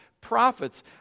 prophets